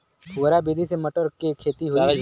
फुहरा विधि से मटर के खेती होई